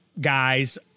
guys